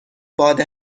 باد